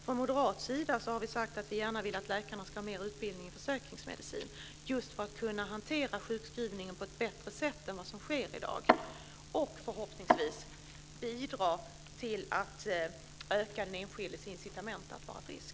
Från moderat sida har vi sagt att vi gärna vill att läkarna ska ha mer utbildning i försäkringsmedicin just för att de ska kunna hantera sjukskrivningen på ett bättre sätt än vad som sker i dag och, förhoppningsvis, bidra till att öka den enskildes incitament att vara frisk.